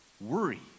worry